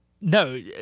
no